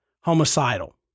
homicidal